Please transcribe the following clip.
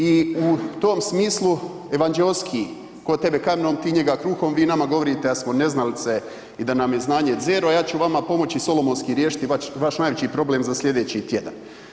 I u tom smislu evanđeoski „Tko tebe kamenom, ti njega kruhom“, vi nama govorite da smo neznalice i da nam je znanje …, a ja ću vama pomoći solomonski riješiti vaš najveći problem za sljedeći tjedan.